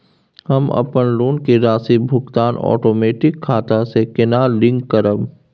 हम अपन लोन के राशि भुगतान ओटोमेटिक खाता से केना लिंक करब?